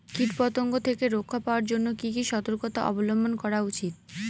কীটপতঙ্গ থেকে রক্ষা পাওয়ার জন্য কি কি সর্তকতা অবলম্বন করা উচিৎ?